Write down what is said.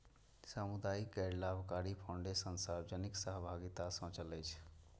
सामुदायिक गैर लाभकारी फाउंडेशन सार्वजनिक सहभागिता सं चलै छै